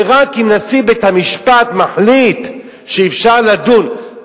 ורק אם נשיא בית-המשפט מחליט שאפשר לדון,